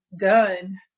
done